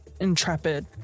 intrepid